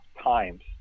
times